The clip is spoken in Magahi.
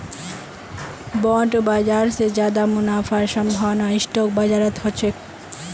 बॉन्ड बाजार स ज्यादा मुनाफार संभावना स्टॉक बाजारत ह छेक